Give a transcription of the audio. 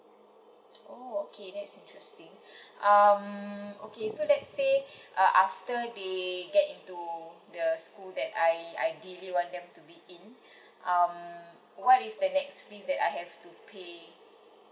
oh okay that's interesting um okay so let's say uh after they get into the school that I I really want them to be in um what is the next fees that I have to pay